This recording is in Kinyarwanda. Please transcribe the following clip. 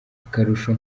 akarusho